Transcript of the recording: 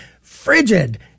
frigid